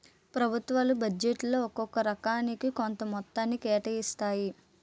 ప్రభుత్వాలు బడ్జెట్లో ఒక్కొక్క రంగానికి కొంత మొత్తాన్ని కేటాయిస్తాయి